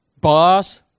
Boss